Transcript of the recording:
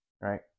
Right